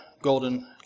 golden